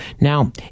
Now